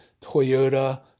Toyota